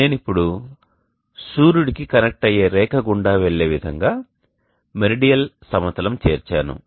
నేను ఇప్పుడు సూర్యుడికి కనెక్ట్ అయ్యే రేఖ గుండా వెళ్లే విధంగా మెరిడియల్ సమతలం చేర్చాను